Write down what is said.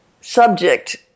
subject